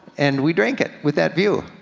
and we drank it with that view.